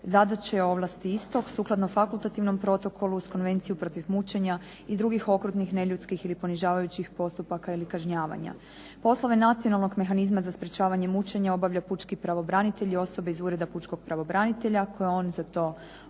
zadaće ovlasti istog, sukladno fakultativnom protokolu uz Konvenciju protiv mučenja i drugih neljudskih ili ponižavajućih postupaka ili kažnjavanja. Poslove nacionalnog mehanizma za sprečavanje mučenja obavlja Pučki pravobranitelj i osobe iz Pučkog pravobranitelja koje on za to ovlasti,